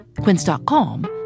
Quince.com